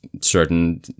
certain